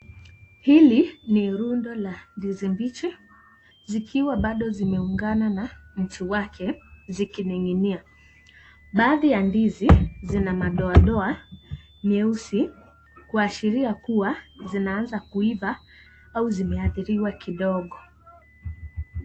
Hili ni rundo la ndizi mbichi zikiwa bado zimeungana na mti wake zikininginia ,baadhi ya ndizi zina madoadoa nyeusi kuashiria kuwa zimeanza kuiva ama zimeathiriwa kidogo.